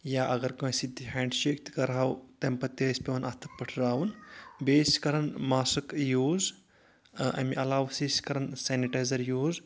یا اگر کٲنٛسہِ سۭتۍ تہِ ہینٛڈ شَیک تہِ کَرٕ ہاو تمہِ پتہٕ تہِ ٲسۍ پؠوان اَتھٕ پٲٹھۍ راوُن بیٚیہِ ٲسۍ کرَان ماسٕک یوٗز اَمہِ علاوٕ ٲسۍ أسۍ کرَان سَیٛنِٹایِزَر یوٗز